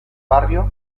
barrio